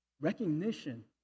recognition